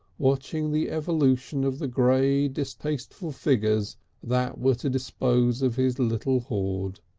watching the evolution of the grey, distasteful figures that were to dispose of his little hoard.